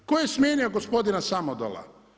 Tko je smijenio gospodina Samodola?